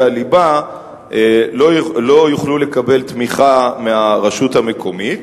הליבה לא יוכלו לקבל תמיכה מהרשות המקומית.